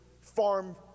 farm